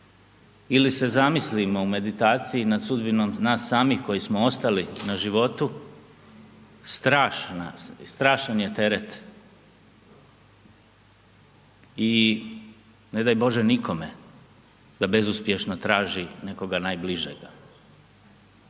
ili se zamislimo u meditaciji nad sudbinom nas samih koji smo ostali na životu, strašna, strašan je teret i ne daj Bože nikome da bezuspješno traži nekoga najbližega.